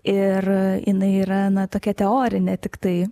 ir jinai yra na tokia teorinė tiktai